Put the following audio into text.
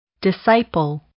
Disciple